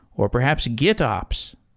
or perhaps a gitops.